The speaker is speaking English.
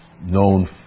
known